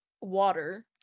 water